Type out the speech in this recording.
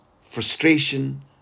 frustration